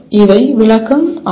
இவை விளக்கம் ஆகும்